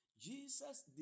Jesus